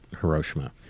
Hiroshima